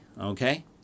okay